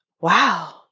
wow